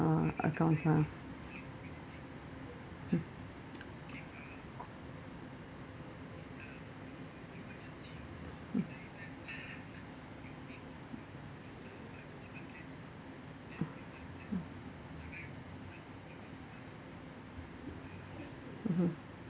uh account uh hmm hmm uh hmm mmhmm